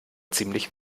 ziemlich